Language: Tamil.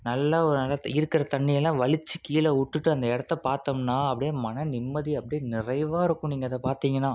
நல்ல ஒரு நல்ல இருக்கிற தண்ணியெல்லாம் வழிச்சி கீழே விட்டுட்டு அந்த இடத்த பார்த்தோம்னா அப்படியே மன நிம்மதி அப்படியே நிறைவாக இருக்கும் நீங்கள் அதை பார்த்திங்கனா